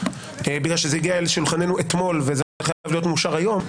בגלל שזה הגיע אל שולחננו אתמול וזה חייב להיות מאושר היום,